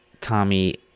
tommy